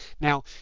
Now